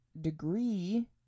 degree